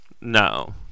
No